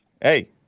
Hey